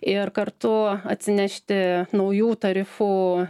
ir kartu atsinešti naujų tarifų